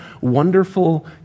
wonderful